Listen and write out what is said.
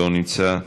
לא נמצא,